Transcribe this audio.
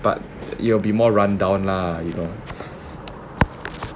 but will be more run down lah you know